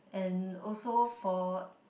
and also for